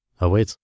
awaits